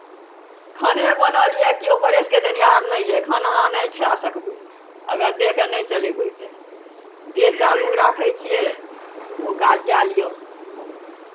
खाने बनल यए किओ परसि कऽ देनिहार नहि यए खाना अहाँ नहि खाए सकबै अगर देहके नहि चलेबै तऽ देह चालू राखै छियै ओहो काज कए लिअ